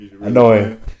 annoying